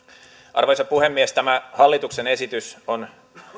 arvoisa puhemies tämä hallituksen esitys on